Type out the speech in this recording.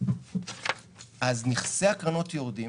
אז נכסי הקרנות יורדים